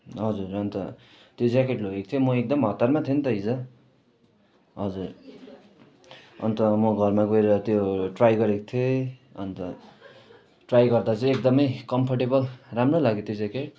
हजुर अन्त त्यो ज्याकेट लोगेको थिएँ म एकदम हतारमा थिएँ नि त हिजो हजुर अन्त म घरमा गएर त्यो ट्राई गरेको थिएँ अन्त ट्राई गर्दा चाहिँ एकदमै कम्फरटेबल राम्रो लाग्यो त्यो ज्याकेट